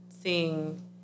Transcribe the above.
seeing